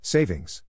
Savings